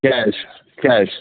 cash cash